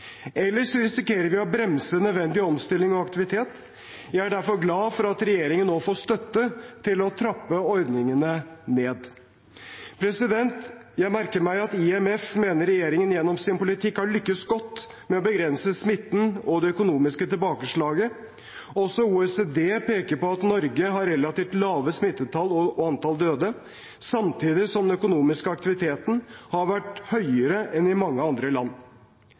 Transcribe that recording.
risikerer vi å bremse nødvendig omstilling og aktivitet. Jeg er derfor glad for at regjeringen nå får støtte til å trappe ordningene ned. Jeg merker meg at IMF mener regjeringen gjennom sin politikk har lykkes godt med å begrense smitten og det økonomiske tilbakeslaget. Også OECD peker på at Norge har relativt lave smittetall og et lavt antall døde, samtidig som den økonomiske aktiviteten har vært høyere enn i mange andre land.